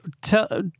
tell